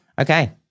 Okay